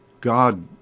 God